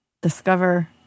discover